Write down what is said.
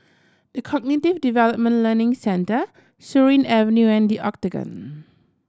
The Cognitive Development Learning Centre Surin Avenue and The Octagon